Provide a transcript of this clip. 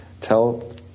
tell